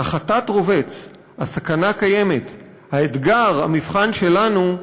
החטאת רובץ, הסכנה קיימת, האתגר, המבחן שלנו,